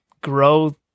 grow